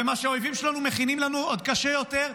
ומה שהאויבים שלנו מכינים לנו עוד קשה יותר,